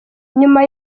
nyuma